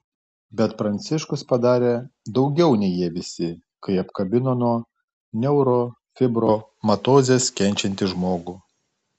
bet pranciškus padarė daugiau nei jie visi kai apkabino nuo neurofibromatozės kenčiantį žmogų